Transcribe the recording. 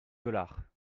dollars